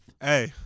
Hey